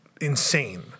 insane